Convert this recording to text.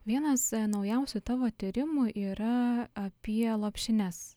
vienas naujausių tavo tyrimų yra apie lopšines